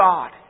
God